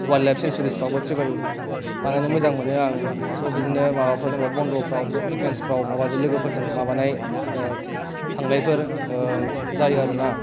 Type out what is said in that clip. wild life सेनसुरिफ्रावबो travel बानायनो मोजां मोननो आं स' बिदिनो माबाफ्राव जेन'बा बन्द'फोराव उइकेण्डस फ्राव माबाजों लोगोफोरजों माबानाय थांनायफोर जायो आरोना